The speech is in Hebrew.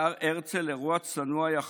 בהר הרצל, אירוע צנוע יחסית,